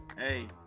Hey